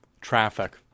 traffic